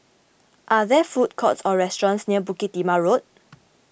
are there food courts or restaurants near Bukit Timah Road